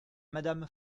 madame